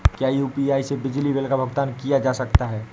क्या यू.पी.आई से बिजली बिल का भुगतान किया जा सकता है?